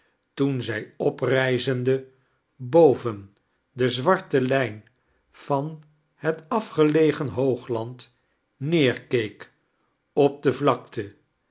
toen zij oprijaeade boven de zwarte lijn van het afgelegen hoogland naeirkeek op de vlakte